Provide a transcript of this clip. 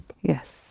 Yes